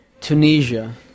Tunisia